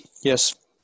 Yes